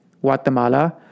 Guatemala